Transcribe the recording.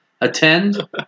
attend